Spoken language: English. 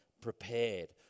prepared